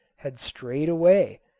had strayed away,